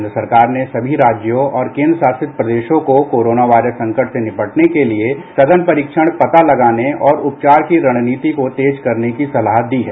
केन्द्र सरकार ने सभी राज्यों और केन्द्र शासित प्रदेशों को कोरोना वायरस संकट से निपटने के लिए सघन परीक्षण पता लगाने और उपचार की रणनीति को तेज करने की सलाह दी है